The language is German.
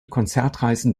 konzertreisen